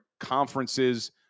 conferences